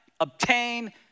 obtain